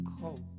cold